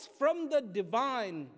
from the divine